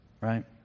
right